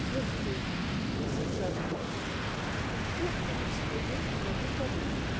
que voulez-vous les examens monsieur sont une pure fumisterie d'un bout à l'autre